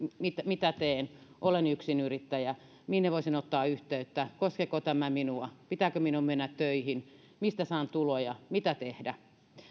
mitä teen olen yksinyrittäjä minne voisin ottaa yhteyttä koskeeko tämä minua pitääkö minun mennä töihin mistä saan tuloja mitä tehdä